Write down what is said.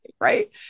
right